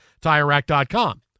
TireRack.com